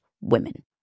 women